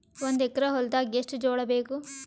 ಒಂದು ಎಕರ ಹೊಲದಾಗ ಎಷ್ಟು ಜೋಳಾಬೇಕು?